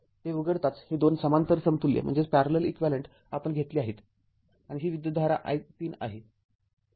ते उघडताच हे २ समांतर समतुल्य आपण घेतले आहेत आणि ही विद्युतधारा i३ आहे